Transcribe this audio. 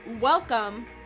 welcome